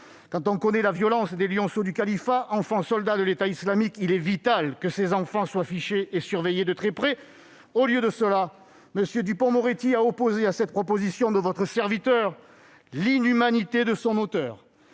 Quand on connaît la violence des « lionceaux du Califat », enfants soldats de l'État islamique, il est vital que ces enfants soient fichés et surveillés de très près. Au lieu de cela, M. Dupond-Moretti a opposé à cette proposition de votre serviteur, « l'inhumanité » de son auteur.